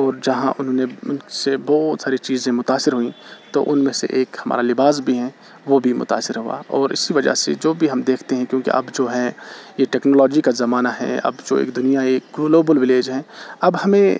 اور جہاں انہوں نے سے بہت ساری چیزیں متاثر ہوئیں تو ان میں سے ایک ہمارا لباس بھی ہیں وہ بھی متاثر ہوا اور اسی وجہ سے جو بھی ہم دیکھتے ہیں کیونکہ اب جو ہیں یہ ٹیکنالوجی کا زمانہ ہیں اب جو ایک دنیا ایک گلوبل ویلیج ہیں اب ہمیں